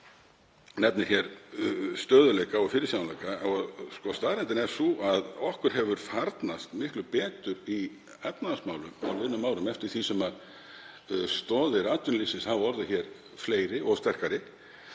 nefnir hér stöðugleika og fyrirsjáanleika og staðreyndin er sú að okkur hefur farnast miklu betur í efnahagsmálum á liðnum árum eftir því sem stoðir atvinnulífsins hafa orðið fleiri og sterkari.